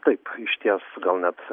taip išties gal net